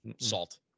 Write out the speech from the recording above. salt